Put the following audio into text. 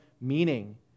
meaning